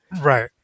Right